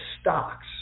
stocks